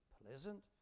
pleasant